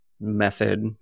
method